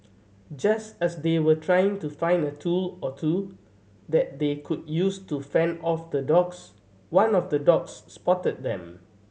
just as they were trying to find a tool or two that they could use to fend off the dogs one of the dogs spotted them